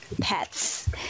pets